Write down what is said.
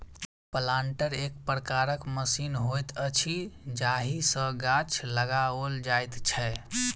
planter एक प्रकारक machine होइत अछि जाहि सॅ गाछ लगाओल जाइत छै